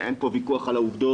אין פה ויכוח על העובדות